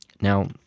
Now